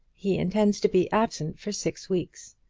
he intends to be absent for six weeks.